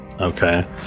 okay